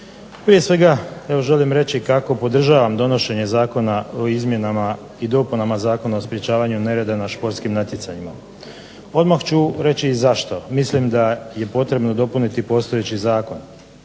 Prije svega evo želim reći kako podržavam donošenje Zakona o izmjenama i dopunama Zakona o sprječavanju nereda na športskim natjecanjima. Odmah ću reći i zašto. Mislim da je potrebno dopuniti postojeći zakon.